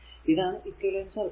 ഇതാണ് equivalent circuit